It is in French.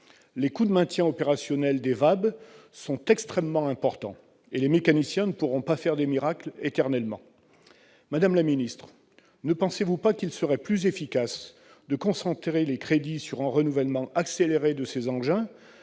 Leurs coûts de maintien opérationnels sont extrêmement importants et les mécaniciens ne pourront pas faire éternellement des miracles. Madame la ministre, ne pensez-vous pas qu'il serait plus efficace de concentrer les crédits sur un renouvellement accéléré de ces engins,